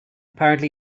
apparently